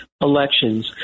elections